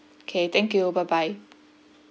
okay thank you bye bye